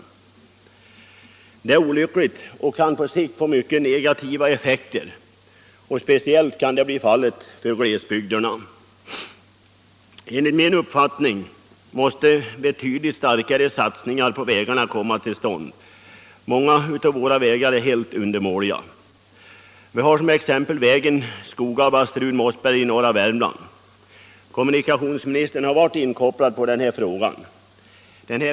Detta är olyckligt och kan på sikt få mycket negativa effekter, speciellt för glesbygderna. Enligt min uppfattning måste betydligt starkare satsningar på vägarna göras. Många av våra vägar är helt undermåliga. Jag vill ta som ett exempel vägen Skoga-Basterud-Mossberg i norra Värmland. Kommunikationsministern har varit inkopplad när det gäller den.